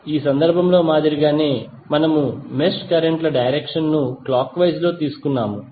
ఈ సందర్భంలో మాదిరిగానే మనము మెష్ కరెంట్ ల డైరెక్షన్ ను క్లాక్ వైస్ లో తీసుకున్నాము